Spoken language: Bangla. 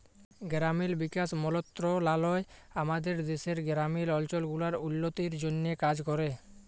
গেরামিল বিকাশ মলত্রলালয় আমাদের দ্যাশের গেরামিল অলচল গুলার উল্ল্য তির জ্যনহে কাজ ক্যরে